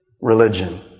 Religion